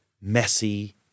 messy